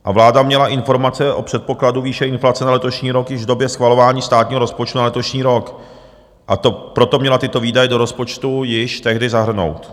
A vláda měla informace o předpokladu výše inflace na letošní rok již v době schvalování státního rozpočtu na letošní rok, a to proto měla tyto výdaje do rozpočtu již tehdy zahrnout.